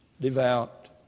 devout